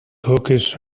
cookies